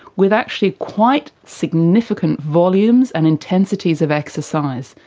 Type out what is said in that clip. with actually quite significant volumes and intensities of exercise.